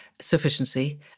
sufficiency